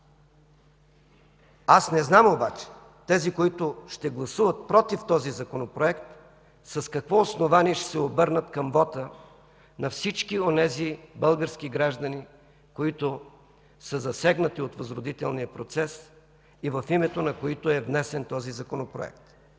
Аз не знам обаче тези, които ще гласуват против този Законопроект, с какво основание ще се обърнат към вота на всички български граждани, засегнати от възродителния процес и в името на които е внесен този Законопроект.